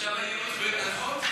עכשיו הייעוץ הוא בהתנדבות?